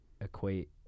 equate